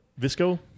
Visco